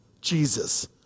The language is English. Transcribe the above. Jesus